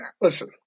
listen